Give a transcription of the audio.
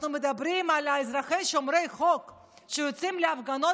אנחנו מדברים על אזרחים שומרי חוק שיוצאים להפגנות